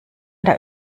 der